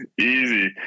easy